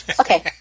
Okay